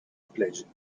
pleasure